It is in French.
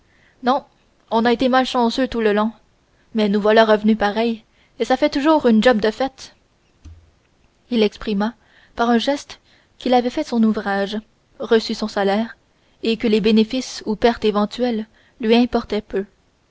non on a été malchanceux tout le long mais nous voilà revenus pareil et ça fait toujours une job de faite il exprima par un geste qu'il avait fait son ouvrage reçu son salaire et que les bénéfices ou pertes éventuels lui importaient peu